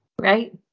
Right